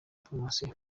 promosiyo